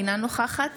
אינה נוכחת